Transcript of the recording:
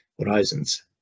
horizons